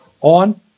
on